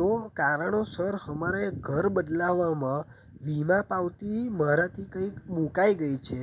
તો કારણોસર અમારે ઘર બદલાવવામાં વીમા પાવતી મારાથી કંઈક મુકાઈ ગઈ છે